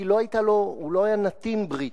כי הוא לא היה נתין בריטי,